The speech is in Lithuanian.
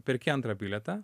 perki antrą bilietą